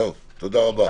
תודה רבה.